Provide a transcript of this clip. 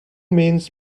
means